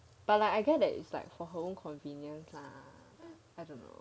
but like I guess that is like for her own convenience lah I don't know